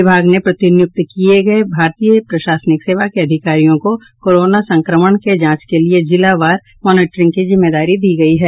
विभाग ने प्रतिनियुक्त किये गये भारतीय प्रशासनिक सेवा के अधिकारियों को कोरोना संक्रमण के जांच के लिये जिलावार मॉनिटिरिंग की जिम्मेदारी दी गयी है